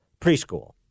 preschool